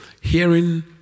hearing